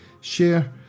share